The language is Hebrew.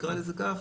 נקרא לזה כך.